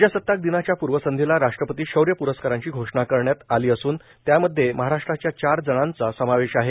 प्रजासताक दिनाच्या पूर्वसंध्येला राष्ट्रपती शौर्य पुरस्काराची घोषणा करण्यात आली असून त्यामध्ये महाराष्ट्राच्या चार जणांनाचा समावेश आहे